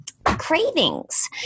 Cravings